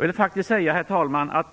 Herr talman!